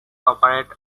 operate